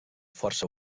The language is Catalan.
força